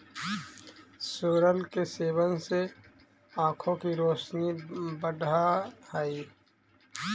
सोरल के सेवन से आंखों की रोशनी बढ़अ हई